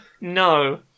No